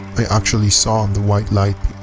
i actually saw and the white light